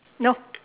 no